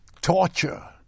torture